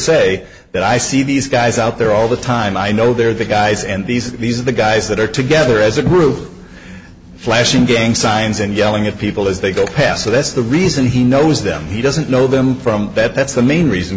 say that i see these guys out there all the time i know they're the guys and these these are the guys that are together as a group flashing gang signs and yelling at people as they go past so that's the reason he knows them he doesn't know them from that that's the main reason